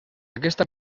aquesta